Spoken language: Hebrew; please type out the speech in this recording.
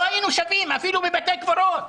לא היינו שווים אפילו בבתי הקברות.